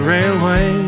Railway